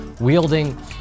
wielding